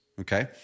Okay